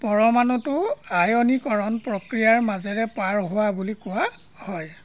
পৰমাণুটো আয়নীয়কৰণ প্ৰক্ৰিয়াৰ মাজেৰে পাৰ হোৱা বুলি কোৱা হয়